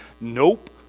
Nope